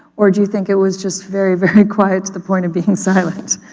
or do you think it was just very, very quiet to the point of being silent.